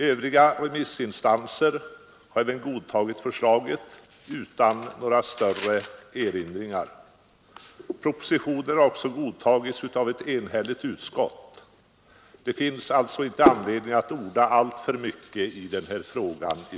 Övriga remissinstanser har även godkänt förslaget utan några större erinringar. Propositionen har också godtagits av ett enhälligt utskott. Det finns alltså inte anledning för mig att orda alltför mycket i den här frågan.